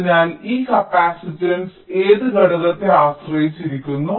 അതിനാൽ ഈ കപ്പാസിറ്റൻസ് ഏത് ഘടകത്തെ ആശ്രയിച്ചിരിക്കുന്നു